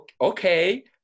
okay